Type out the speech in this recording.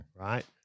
right